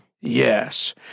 Yes